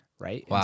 Right